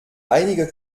einige